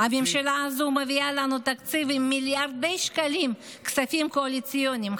הממשלה הזו מביאה לנו תקציב עם מיליארדי שקלים כספים קואליציוניים,